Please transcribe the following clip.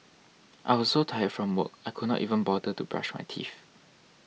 I was so tired from work I could not even bother to brush my teeth